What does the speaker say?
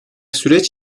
süreç